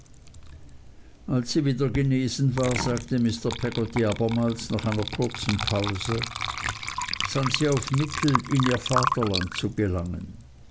als sie wieder genesen war sagte mr peggotty abermals nach einer kurzen pause sann sie auf mittel in ihr vaterland zu gelangen